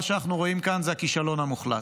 מה שאנחנו רואים כאן הוא הכישלון המוחלט.